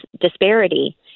disparity